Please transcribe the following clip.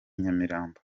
nyamirambo